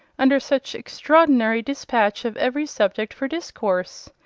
under such extraordinary despatch of every subject for discourse?